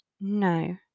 No